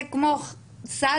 זה כמו סד"א.